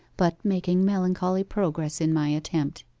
but making melancholy progress in my attempt.